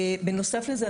בנוסף לזה,